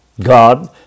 God